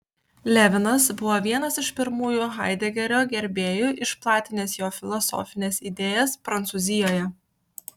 levinas buvo vienas iš pirmųjų haidegerio gerbėjų išplatinęs jo filosofines idėjas prancūzijoje